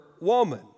woman